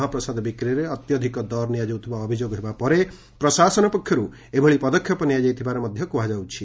ମହାପ୍ରସାଦ ବିକ୍ରିରେ ଅତ୍ୟଧିକ ଦର ନିଆଯାଉଥିବା ଅଭିଯୋଗ ହେବାପରେ ପ୍ରଶାସନ ପକ୍ଷରୁ ଏଭଳି ପଦକ୍ଷେପ ନିଆଯାଇଥିବା କୁହାଯାଉଛି